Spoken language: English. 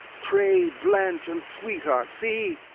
tray, blanch, and sweetheart, see,